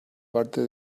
parte